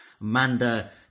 Amanda